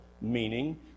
meaning